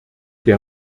der